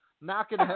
knocking